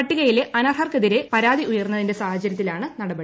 പട്ടികയിലെ അനർഹർക്കെതിരെ പരാതി ഉയരുന്ന സാഹചര്യത്തിലാണ് നടപടി